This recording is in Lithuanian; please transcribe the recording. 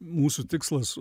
mūsų tikslas